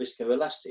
viscoelastic